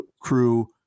crew